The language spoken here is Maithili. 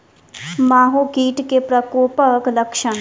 माहो कीट केँ प्रकोपक लक्षण?